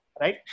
right